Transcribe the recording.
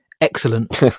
excellent